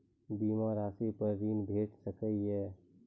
बीमा रासि पर ॠण भेट सकै ये?